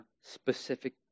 specific